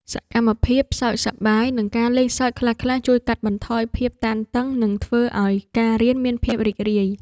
សកម្មភាពសើចសប្បាយ និងការលេងសើចខ្លះៗ ជួយកាត់បន្ថយភាពតានតឹង និងធ្វើឱ្យការរៀនមានភាពរីករាយ។